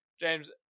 James